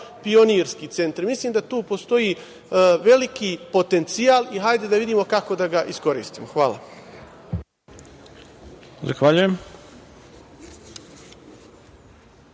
pionirski centri. Mislim da tu postoji veliki potencijal i hajde da vidimo kako da ga iskoristimo. Hvala. **Ivica